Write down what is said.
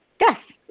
yes